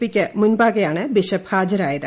P ക്ക് മുൻപാകെയാണ് bishop ഹാജരായത്